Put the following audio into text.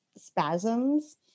spasms